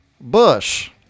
Bush